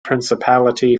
principality